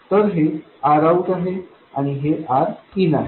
तर हे Rout आहे हे Rin आहे